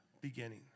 beginning